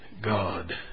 God